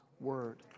word